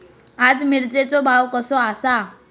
आज मिरचेचो भाव कसो आसा?